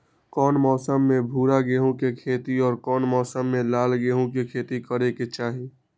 कौन मौसम में भूरा गेहूं के खेती और कौन मौसम मे लाल गेंहू के खेती करे के चाहि?